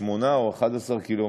של שמונה או 11 ק"מ.